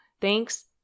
Thanks